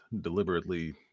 deliberately